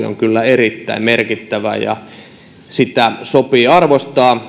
on kyllä erittäin merkittävä rooli sitä sopii arvostaa